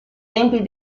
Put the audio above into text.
tempi